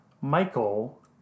Michael